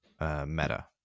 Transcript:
meta